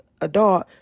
adult